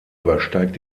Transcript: übersteigt